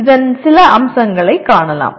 இதன் சில அம்சங்களை காணலாம்